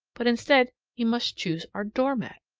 but instead he must choose our door mat!